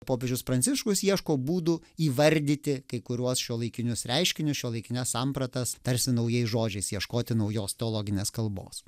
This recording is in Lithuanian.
popiežius pranciškus ieško būdų įvardyti kai kuriuos šiuolaikinius reiškinius šiuolaikines sampratas tarsi naujais žodžiais ieškoti naujos teologinės kalbos